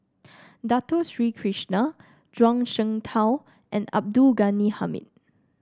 Dato Sri Krishna Zhuang Shengtao and Abdul Ghani Hamid